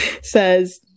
says